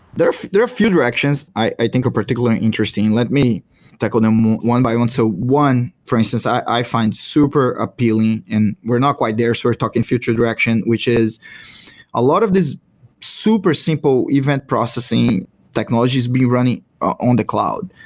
there there are few directions i think a particularly interesting. let me tackle them one by one. so one for instance, i find super appealing and we're not quite there so we're sort of talking future direction, which is a lot of these super simple event processing technologies be running on the cloud.